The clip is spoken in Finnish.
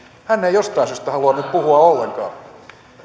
ei jostain syystä halua nyt puhua ollenkaan